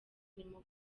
arimo